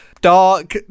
dark